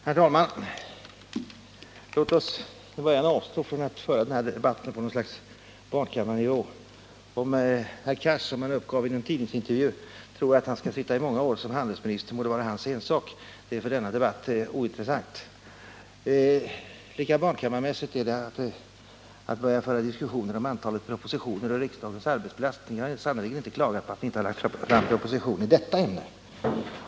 Herr talman! Till att börja med: Låt oss avstå från att föra den här debatten på något slags barnkammarnivå! Om herr Cars, såsom han också uppgav nyligen i en tidningsintervju, inbillar sig att han skall sitta i många år som handelsminister må det vara hans ensak. Det är för denna debatt ointressant. Lika barnkammarmässigt är det att i detta sammanhang börja föra en diskussion om antalet propositioner och om riksdagens arbetsbelastning. Jag har sannerligen inte klagat över att ni inte har varit för flitiga i detta ämne.